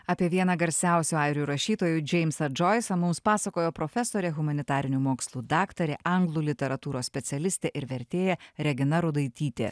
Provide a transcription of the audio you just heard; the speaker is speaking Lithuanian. apie vieną garsiausių airių rašytojų džeimsą džoisą mums pasakojo profesorė humanitarinių mokslų daktarė anglų literatūros specialistė ir vertėja regina rudaitytė